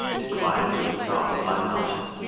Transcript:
to climb to the top of my mountain,